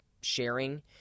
sharing